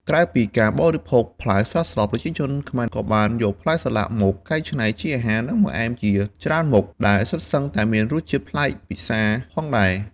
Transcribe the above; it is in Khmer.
ក្រៅពីការបរិភោគផ្លែស្រស់ៗ ប្រជាជនខ្មែរក៏បានយកផ្លែសាឡាក់មកកែច្នៃជាអាហារ និងបង្អែមជាច្រើនមុខ ដែលសុទ្ធសឹងតែមានរសជាតិប្លែកពិសាផងដែរ។